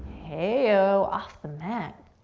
hey-o, off the mat.